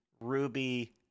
Ruby